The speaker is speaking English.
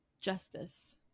justice